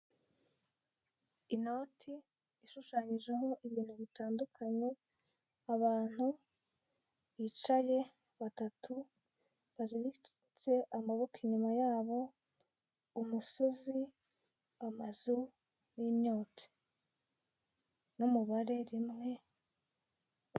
Inoti ishushanyijeho ibintu bitandukanye abantu bicaye batatu bazitse amaboko inyuma yabo umusozi amazu n'imyotsi n'umubare rimwe.